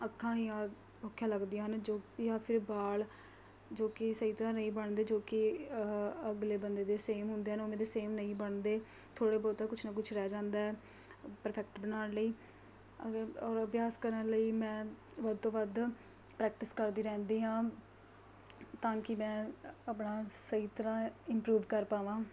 ਅੱਖਾਂ ਜਾਂ ਔਖੀਆਂ ਲੱਗਦੀਆਂ ਹਨ ਜਾਂ ਫਿਰ ਬਾਲ ਜੋ ਕਿ ਸਹੀ ਤਰ੍ਹਾਂ ਨਹੀਂ ਬਣਦੇ ਜੋ ਕਿ ਅਗਲੇ ਬੰਦੇ ਦੇ ਸੇਮ ਹੁੰਦੇ ਹਨ ਉਵੇਂ ਦੇ ਸੇਮ ਨਹੀਂ ਬਣਦੇ ਥੋੜ੍ਹੇ ਬਹੁਤਾ ਕੁਛ ਨਾ ਕੁਛ ਰਹਿ ਜਾਂਦਾ ਪਰਫੈਕਟ ਬਣਾਉਣ ਲਈ ਔਰ ਔਰ ਅਭਿਆਸ ਕਰਨ ਲਈ ਮੈਂ ਵੱਧ ਤੋਂ ਵੱਧ ਪ੍ਰੈਕਟਿਸ ਕਰਦੀ ਰਹਿੰਦੀ ਹਾਂ ਤਾਂ ਕਿ ਮੈਂ ਆਪਣਾ ਸਹੀ ਤਰ੍ਹਾਂ ਇੰਪਰੂਵ ਕਰ ਪਾਵਾਂ